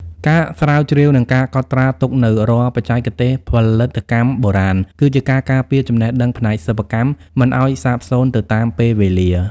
ការស្រាវជ្រាវ និងការកត់ត្រាទុកនូវរាល់បច្ចេកទេសផលិតកម្មបុរាណ គឺជាការការពារចំណេះដឹងផ្នែកសិប្បកម្មមិនឱ្យសាបសូន្យទៅតាមពេលវេលា។